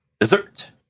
Dessert